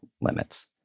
limits